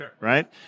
right